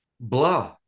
blah